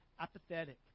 apathetic